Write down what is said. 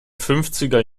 fünfziger